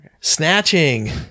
snatching